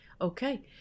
Okay